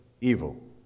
evil